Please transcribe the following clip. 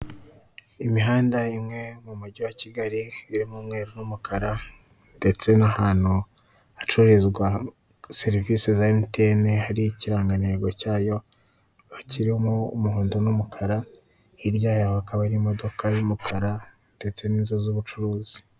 Imihanda imwe mu mujyi wa Kigali irimo umweru n'umukara ndetse n'ahantu hacururizwa serivise za emutiyeni hariho ikirangantego cyayo kirimo umuhondo n'umukara, hirya yaho hakaba hari imodoka y'umukara ndetse n'inzu z'ubucuruzi.